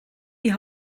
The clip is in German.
die